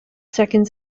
second